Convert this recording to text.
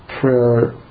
prayer